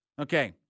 Okay